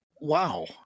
Wow